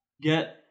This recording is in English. get